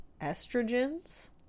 estrogens